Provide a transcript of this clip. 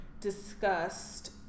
Discussed